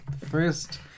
First